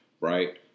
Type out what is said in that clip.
right